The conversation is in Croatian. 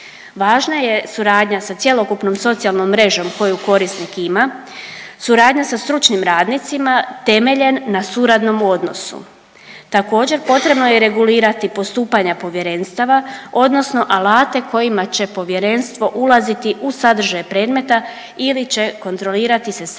Važna je suradnja cjelokupnom socijalnom mrežom koju korisnik ima, suradnja sa stručnim radnicima temeljen na suradnjom odnosu. Također, potrebno je regulirati postupanja povjerenstava odnosno alate kojima će Povjerenstvo ulaziti u sadržaj predmeta ili će kontrolirati se samo